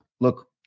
look